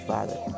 Father